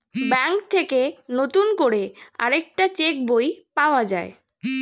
bank থেকে নতুন করে আরেকটা চেক বই পাওয়া যায়